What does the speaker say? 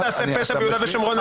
פשט ביהודה ושומרון,